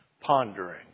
pondering